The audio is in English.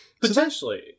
Potentially